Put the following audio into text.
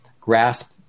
grasp